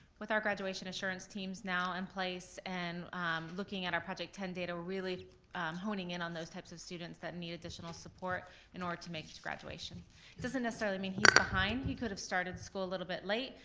with our graduation assurance teams now in place, and looking at our project ten data, we're really honing in on those types of students that need additional support in order to make it to graduation. it doesn't necessarily mean he's behind, he could have started school a little bit late,